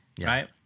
right